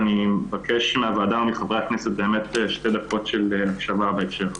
ואני מבקש מהוועדה ומחברי הכנסת שתי דקות של הקשבה בהקשר הזה.